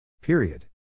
Period